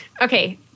Okay